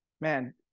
Man